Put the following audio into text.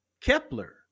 Kepler